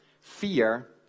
Fear